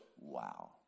Wow